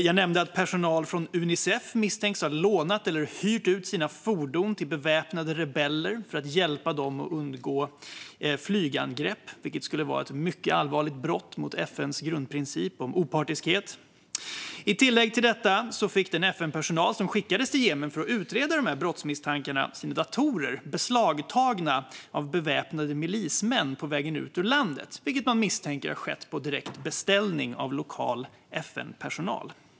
Jag nämnde också att personal från Unicef misstänks för att ha lånat eller hyrt ut sina fordon till beväpnade rebeller för att hjälpa dem att undgå flygangrepp, vilket skulle vara ett mycket allvarligt brott mot FN:s grundprincip om opartiskhet. I tillägg till detta fick den FN-personal som skickades till Jemen för att utreda brottsmisstankarna sina datorer beslagtagna av beväpnade milismän på väg ut ur landet, vilket man misstänker har skett på direkt beställning av lokal FN-personal.